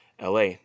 LA